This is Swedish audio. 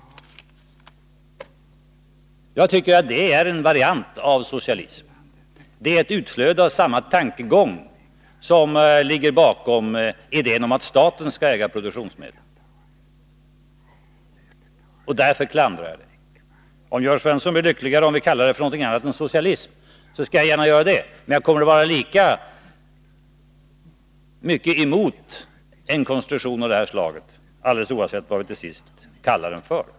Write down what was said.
Jag tycker att det är en variant av socialism. Det är ett utflöde av den tankegång som ligger bakom idén att staten skall äga produktionsmedlen. Därför klandrar jag det. Om Jörn Svensson blir lyckligare för att vi kallar den för någonting annat än socialism, skall jag gärna göra det. Men jag kommer att vara lika mycket emot en konstruktion av det här slaget, alldeles oavsett vad vi till sist kallar det för.